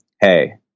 hey